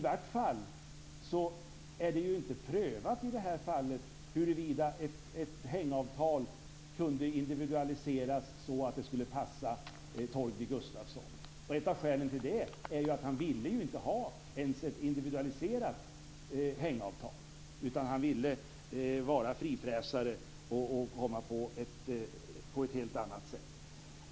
Det är i varje fall inte prövat i det här fallet huruvida ett hängavtal kunde individualiseras så att det skulle passa Torgny Gustafsson. Ett av skälen till det är ju att han inte ville ha ens ett individualiserat hängavtal, utan han ville vara frifräsare och ha det på ett helt annat sätt.